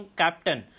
captain